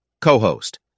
Co-host